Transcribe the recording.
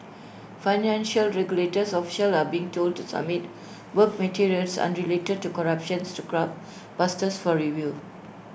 financial regulators officials are being told to submit work materials unrelated to corruptions to graft busters for review